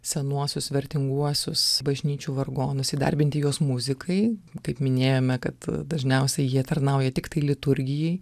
senuosius vertinguosius bažnyčių vargonus įdarbinti juos muzikai kaip minėjome kad dažniausiai jie tarnauja tiktai liturgijai